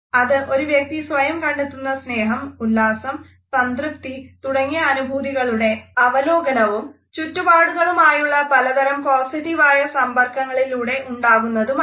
അത് ഒരു വ്യക്തി സ്വയം കണ്ടെത്തുന്ന സ്നേഹം ഉല്ലാസം സംതൃപ്തി തുടങ്ങിയ അനുഭൂതികളുടെ അവലോകനവും ചുറ്റുപാടുകളുമായുള്ള പലതരം പോസിറ്റീവായ സമ്പർക്കങ്ങളിലൂടെ ഉണ്ടാകുന്നതുമാണ്